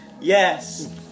Yes